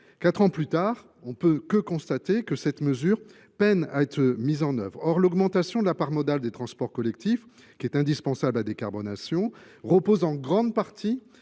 Quatre ans plus tard, on ne peut que constater que cette mesure peine à être mise en œuvre. Or l’augmentation de la part modale des transports collectifs, pourtant indispensable à la décarbonation du secteur, repose en grande partie